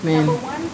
man